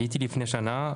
עליתי לפני שנה.